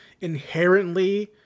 inherently